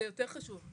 זה יותר חשוב.